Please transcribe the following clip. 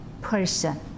person